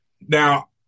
Now